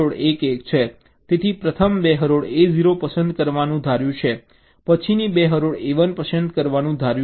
તેથી પ્રથમ 2 હરોળ A0 પસંદ કરવાનું ધાર્યું છે પછીની 2 હરોળ A1 પસંદ કરવાનું ધાર્યું છે